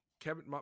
Kevin